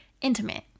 intimate